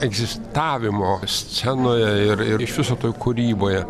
egzistavimo scenoje ir ir iš viso toj kūryboje